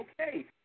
okay